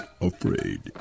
afraid